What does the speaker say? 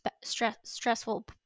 stressful